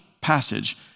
passage